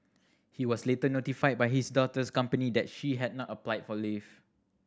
he was later notified by his daughter's company that she had not applied for leave